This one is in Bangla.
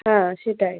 হ্যাঁ সেটাই